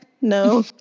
no